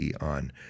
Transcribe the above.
on